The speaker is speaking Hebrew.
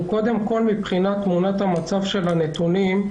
מבחינת תמונת המצב של הנתונים,